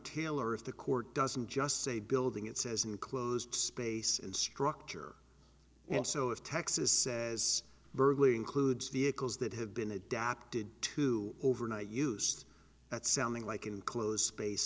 taylor if the court doesn't just say building it says an enclosed space structure and so if texas says berkeley includes vehicles that have been adapted to overnight use that sounding like an enclosed space